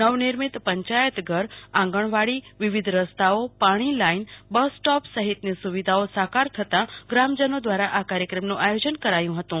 નવ નિર્મિત પંચાયત ઘર આંગણવાડી વિવિધ રસ્તાઓ પાણીની પાઈપલાઈન બસ સ્ટોપ સહિતની સુવિધાઓ સાકાર થતા ગ્રામજનો દ્વારા આ કાર્યક્રમનું આયોજન કરાયું હતું